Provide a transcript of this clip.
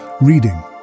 Reading